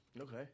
Okay